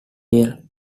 ale